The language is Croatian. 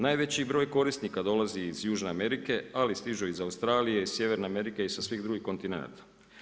Najveći broj korisnika dolazi iz južne Amerike, ali stižu i iz Australije i iz Sjeverne Amerike i sa svih drugih kontinenata.